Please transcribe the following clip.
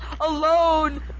Alone